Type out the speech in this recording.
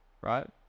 right